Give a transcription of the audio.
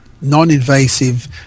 non-invasive